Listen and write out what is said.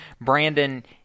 Brandon